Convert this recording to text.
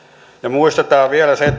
muistetaan vielä sekin että